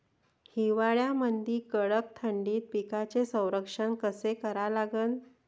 हिवाळ्यामंदी कडक थंडीत पिकाचे संरक्षण कसे करा लागन?